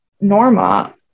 Norma